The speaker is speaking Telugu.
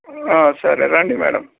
సరే రండి మేడంమ్